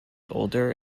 older